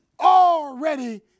already